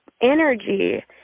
energy